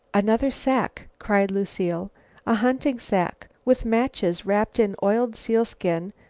another sack! cried lucile a hunting sack, with matches wrapped in oiled sealskin,